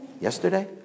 yesterday